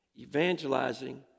evangelizing